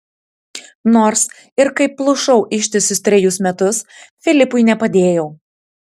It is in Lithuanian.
nors ir kaip plušau ištisus trejus metus filipui nepadėjau